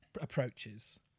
approaches